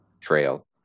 trail